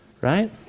right